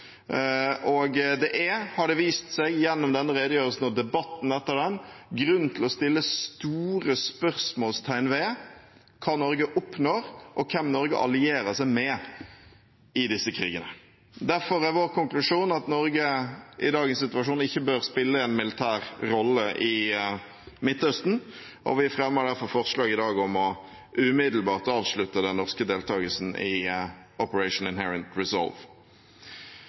Det er – har det vist seg gjennom denne redegjørelsen og debatten etter den – grunn til å sette store spørsmålstegn ved hva Norge oppnår, og hvem Norge allierer seg med, i disse krigene. Derfor er vår konklusjon at Norge i dagens situasjon ikke bør spille en militær rolle i Midtøsten. Vi fremmer derfor forslag i dag om umiddelbart å avslutte den norske deltakelsen i Operation Inherent Resolve.